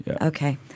Okay